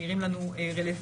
שנראים לנו רלוונטיים.